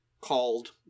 called